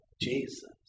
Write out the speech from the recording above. Jesus